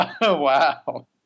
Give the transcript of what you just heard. Wow